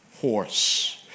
horse